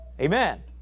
Amen